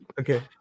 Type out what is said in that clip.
okay